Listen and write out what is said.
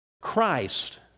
Christ